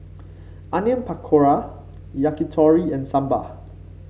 Onion Pakora Yakitori and Sambar